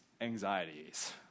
anxieties